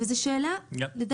וזו שאלה, לדעתי, לגיטימית.